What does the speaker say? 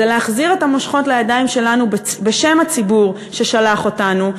זה להחזיר את המושכות לידיים שלנו בשם הציבור ששלח אותנו,